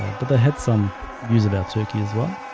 but they had some news about turkey as well